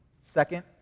Second